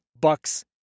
Bucks